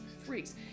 Freaks